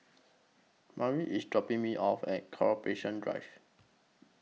Mary IS dropping Me off At Corporation Drive